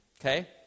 Okay